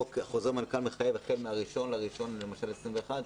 חוזר מנכ"ל מחייב החל מה-1 בינואר 21',